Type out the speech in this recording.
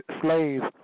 slaves